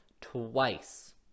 twice